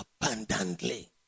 abundantly